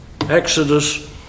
Exodus